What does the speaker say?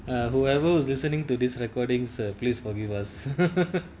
ah whoever is listening to this recording so please forgive us